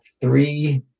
three